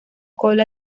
cola